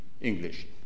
English